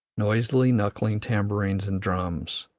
noisily knuckling tambourines and drums,